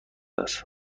است